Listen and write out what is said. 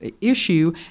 issue